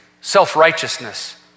self-righteousness